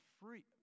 free